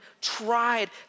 tried